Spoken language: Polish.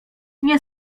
nie